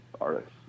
artists